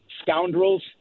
Scoundrels